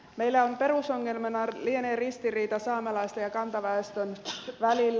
meillä perusongelmana lienee ristiriita saamelaisten ja kantaväestön välillä